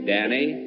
Danny